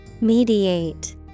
mediate